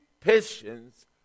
patience